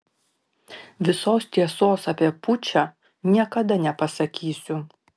visos tiesos apie pučą niekada nepasakysiu